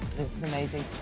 this is amazing.